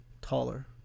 taller